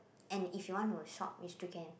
and if you want to shop you still can